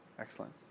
Excellent